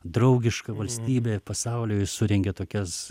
draugiška valstybė pasauliui surengė tokias